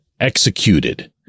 executed